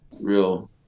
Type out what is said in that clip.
real